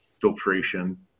filtration